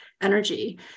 energy